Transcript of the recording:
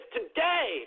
today